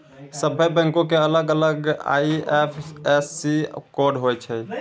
सभ्भे बैंको के अलग अलग आई.एफ.एस.सी कोड होय छै